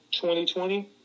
2020